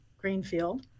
Greenfield